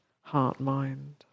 heart-mind